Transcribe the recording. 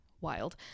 wild